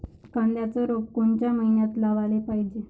कांद्याचं रोप कोनच्या मइन्यात लावाले पायजे?